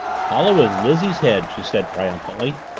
hollow as lizzie's head! she said triumphantly.